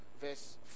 verse